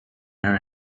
her